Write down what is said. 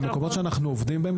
במקומות שאנחנו עובדים בהם,